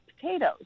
potatoes